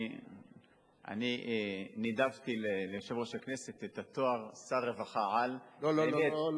אני נידבתי ליושב-ראש הכנסת את התואר "שר רווחה על" לא לא לא.